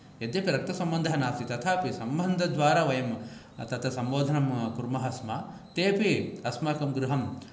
यद्यपि रक्तसंबन्धः नास्ति तथापि संबन्धद्वारा वयं तत्र संबोधनं कुर्मः स्म ते अपि अस्माकं गृहं